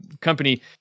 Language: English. company